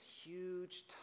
huge